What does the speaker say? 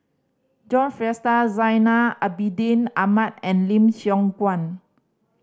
John Fraser Zainal Abidin Ahmad and Lim Siong Guan